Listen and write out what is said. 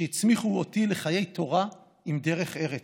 שהצמיחו אותי לחיי תורה עם דרך ארץ,